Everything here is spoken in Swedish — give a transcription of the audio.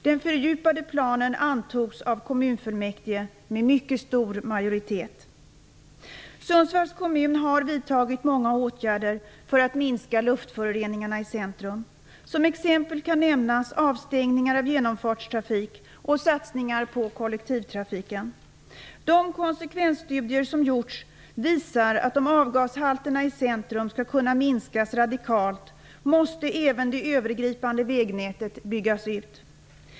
Sundsvalls kommun har vidtagit många åtgärder för att minska luftföroreningarna i centrum. Som exempel kan nämnas avstängningar av genomfartstrafik och satsningar på kollektivtrafiken. De konsekvensstudier som gjorts visar att om avgashalterna i centrum skall kunna minskas radikalt, måste även det övergripande vägnätet byggas ut.